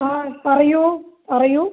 ആ പറയൂ പറയൂ